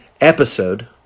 episode